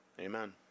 Amen